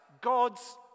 God's